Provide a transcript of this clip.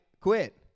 quit